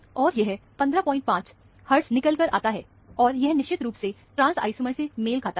और यह 155 हर्टज निकल कर आता है और यह निश्चित रूप से ट्रांस आइसोमर से मेल खाता है